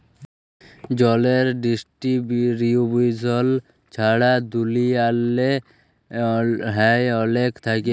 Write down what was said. জলের ডিস্টিরিবিউশল ছারা দুলিয়াল্লে হ্যয় অলেক থ্যাইকে